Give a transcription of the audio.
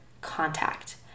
contact